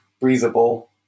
breathable